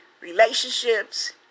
relationships